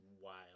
wild